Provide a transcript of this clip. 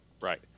Right